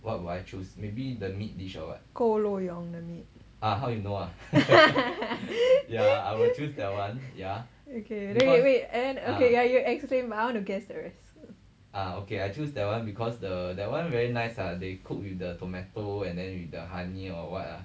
ku lou yok okay wait wait and then okay you explain but I want guess the rest